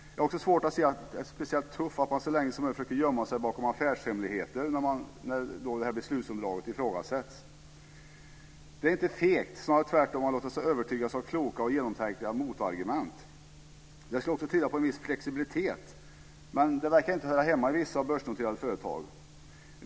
Jag har också svårt att se att det är speciellt tufft att man så länge som möjligt försöker gömma sig bakom affärshemligheter när beslutsunderlaget ifrågasätts. Det är inte fegt, snarare tvärtom, att låta sig övertygas av kloka och genomtänkta motargument. Det skulle också tyda på en viss flexibilitet. Men det verkar inte höra hemma i vissa börsnoterade företag.